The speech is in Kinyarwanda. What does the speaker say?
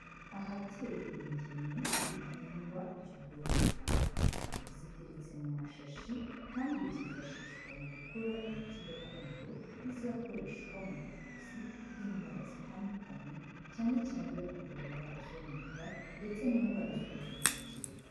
Ahateye ingemwe z'ibihingwa by'ubwoko butandukanye, ziteretse mu mashashi kandi byifashishwa mu gukora imiti gakondo izakoreshwa mu buvuzi bw'indwara zitandukanye cyane cyane bari kuvura indwara zo mu nda ndetse n'indwara z'ubuhumekero.